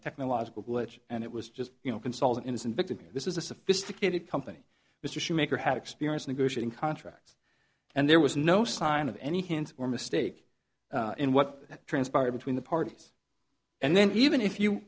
technological glitch and it was just you know consult an innocent victim and this is a sophisticated company mr shoemaker had experience negotiating contracts and there was no sign of any hands or mistake in what transpired between the parties and then even if you